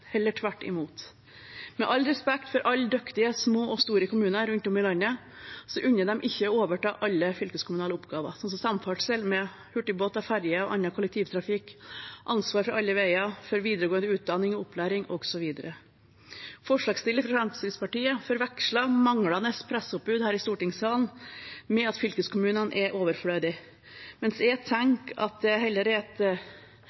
tvert imot. Med all respekt for alle dyktige små og store kommuner rundt om i landet unner jeg dem ikke å overta alle fylkeskommunale oppgaver, sånn som samferdsel med hurtigbåt og ferje og annen kollektivtrafikk, ansvar for alle veier, for videregående utdanning og opplæring osv. Forslagsstillerne fra Fremskrittspartiet forveksler manglende presseoppbud her i stortingssalen med at fylkeskommunene er overflødige, mens jeg